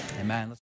amen